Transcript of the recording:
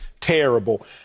terrible